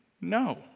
No